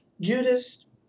Judas